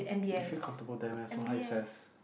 you feel comfortable there meh so high ses